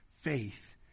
Faith